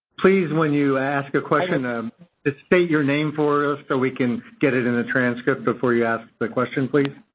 please, when you ask a question, um state your name for us so we can get it in the transcript before you ask the question please.